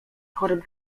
chorym